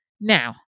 Now